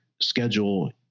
schedule